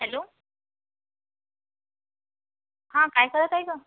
hello हां काय करत आहे गं